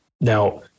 now